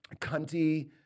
cunty